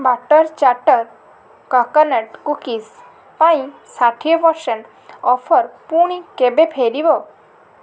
butter chatter coconut cookies ପାଇଁ ଷାଠିଏ percent offer ପୁଣି କେବେ ଫେରିବ